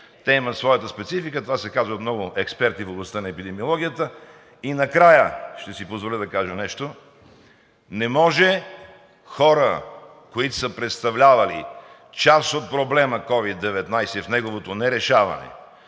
те имат своята специфика. Това се казва и от много експерти в областта на епидемиологията. И накрая ще си позволя да кажа нещо. Не може хора, които са представлявали част от проблема COVID-19 в неговото нерешаване,